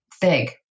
big